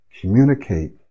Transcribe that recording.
communicate